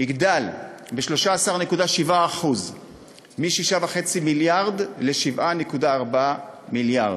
יגדל ב-13.7% מ-6.5 מיליארד ל-7.4 מיליארד.